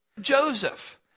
Joseph